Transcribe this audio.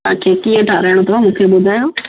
अच्छा कीअं ठहाराइणो अथव मूंखे ॿुधायो